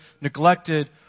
neglected